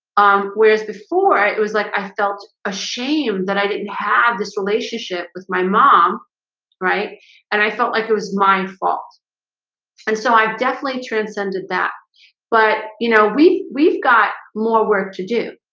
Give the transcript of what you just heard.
um, whereas before it was like i felt a shame that i didn't have this relationship with my mom right and i felt like it was my fault and so i've definitely transcended that but you know, we we've got more work to do,